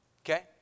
Okay